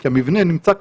כי המבנה נמצא כבר,